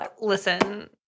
Listen